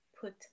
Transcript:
put